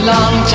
Long